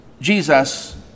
Jesus